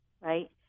right